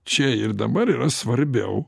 čia ir dabar yra svarbiau